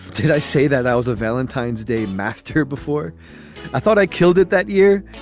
did i say that i was a valentine's day master before i thought i killed it that year?